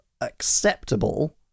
acceptable